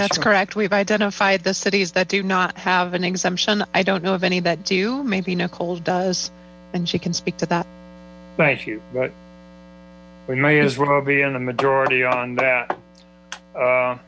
that's correct we've identified the cities that do not have an exemption i don't know of any that do maybe nichols does and she can speak right right we may as well be in the majority on that